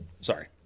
Sorry